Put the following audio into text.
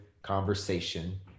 conversation